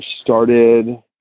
started